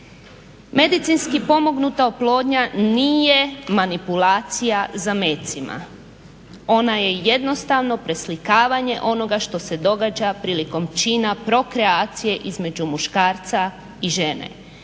Medicinski pomognuta oplodnja nije manipulacija zamecima, ona je jednostavno preslikavanje onoga što se događa prilikom čina prokreacije između muškarca i žene,